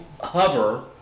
hover